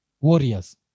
warriors